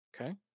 okay